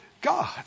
God